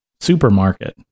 supermarket